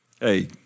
Hey